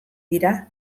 dira